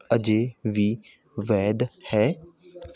ਅਜੇ ਵੀ ਵੈਦ ਹੈ